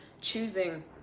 choosing